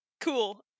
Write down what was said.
Cool